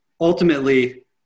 ultimately